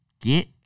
Get